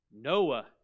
Noah